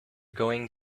going